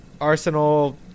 Arsenal